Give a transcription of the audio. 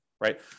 right